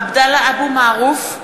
(קוראת בשמות חברי הכנסת) עבדאללה אבו מערוף,